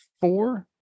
Four